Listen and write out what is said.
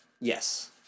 Yes